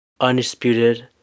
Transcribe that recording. undisputed